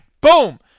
Boom